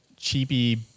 cheapy